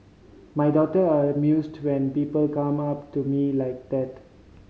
my daughter are amused when people come up to me like that